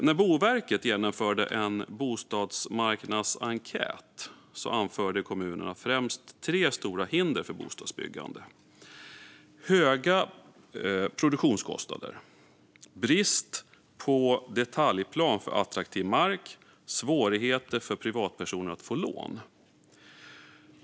När Boverket genomförde en bostadsmarknadsenkät anförde kommunerna främst tre stora hinder för bostadsbyggande: höga produktionskostnader, brist på detaljplaner för attraktiv mark och svårigheter för privatpersoner att få lån.